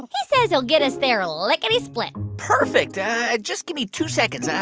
he says he'll get us there lickety-split perfect. just give me two seconds.